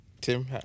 Tim